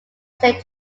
saint